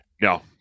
No